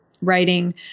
writing